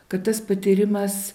kad tas patyrimas